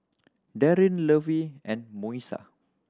Darin Lovey and Moesha